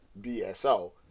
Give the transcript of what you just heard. BSO